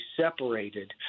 separated